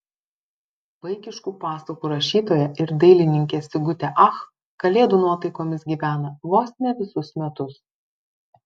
vaikiškų pasakų rašytoja ir dailininkė sigutė ach kalėdų nuotaikomis gyvena vos ne visus metus